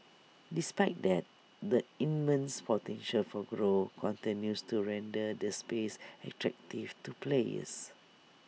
despite that the immense potential for growth continues to render the space attractive to players